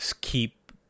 keep